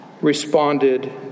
responded